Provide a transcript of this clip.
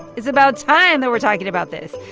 it's about time that we're talking about this.